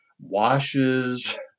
washes